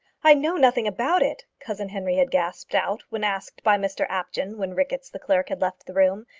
i know nothing about it, cousin henry had gasped out when asked by mr apjohn, when ricketts, the clerk, had left the room,